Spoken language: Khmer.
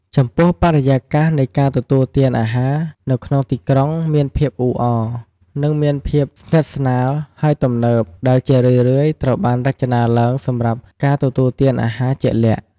ចំពោះបរិយាកាសនៃការទទួលទានអាហារនៅក្នុងទីក្រុងមានភាពអ៊ូអរ និងមានភាពស្និទ្ធស្នាល ហើយទំនើប ដែលជារឿយៗត្រូវបានរចនាឡើងសម្រាប់ការទទួលទានអាហារជាក់លាក់។